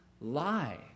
lie